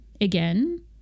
again